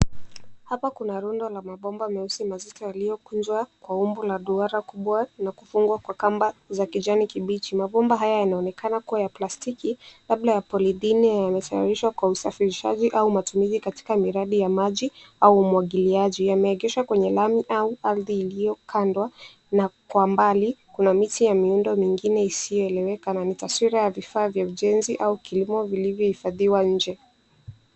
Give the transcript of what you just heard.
Hapa kuna rundo la mabomba meusi mazito yaliyokunjwa kwa umbo la duara kubwa na kufungwa kwa kamba za kijani kibichi. Mabomba haya yanaonekana kuwa ya plastiki, labda ya polythene yametayarishwa kwa usafirishaji au matumizi katika miradi ya maji au umwagiliaji. Yameegeshwa kwenye lami au ardhi iliyokandwa na kwa mbali kuna miti ya miundo mingine isiyoeleweka na ni taswira ya vifaa vya ujenzi au kilimo vilivyohifadhiwa nje.